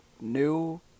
new